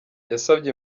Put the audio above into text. yasabye